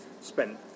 spent